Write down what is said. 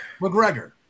McGregor